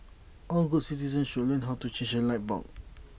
all good citizens should learn how to change A light bulb